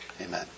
Amen